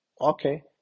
Okay